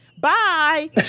Bye